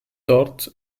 dort